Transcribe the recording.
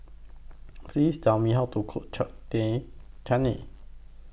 Please Tell Me How to Cook Chutney